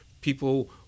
people